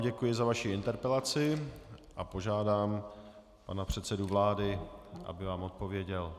Děkuji vám za vaši interpelaci a požádám pana předsedu vlády, aby vám odpověděl.